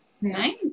Nice